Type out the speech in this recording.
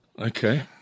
Okay